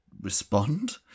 respond